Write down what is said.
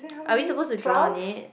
are we supposed to draw on it